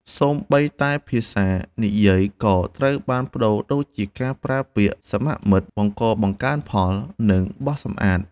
សូម្បីតែភាសានិយាយក៏ត្រូវបានប្តូរ ដូចជាការប្រើពាក្យ "សមមិត្ត" "បង្កបង្កើនផល" និង "បោសសម្អាត"។